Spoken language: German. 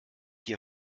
hier